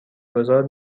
گذار